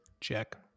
check